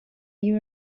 you